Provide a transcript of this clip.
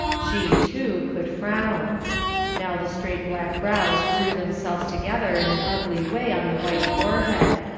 she, too, could frown now the straight black brows drew themselves together in an ugly way on the white forehead,